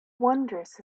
wondrous